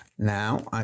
Now